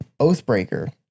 Oathbreaker